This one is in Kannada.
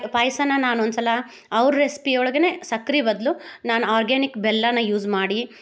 ಪಾಯಸನ ನಾನೊಂದು ಸಲ ಅವ್ರು ರೆಸ್ಪಿ ಒಳಗೆ ಸಕ್ರೆ ಬದಲು ನಾನು ಆರ್ಗ್ಯಾನಿಕ್ ಬೆಲ್ಲ ಯೂಸ್ ಮಾಡಿ